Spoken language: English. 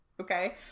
okay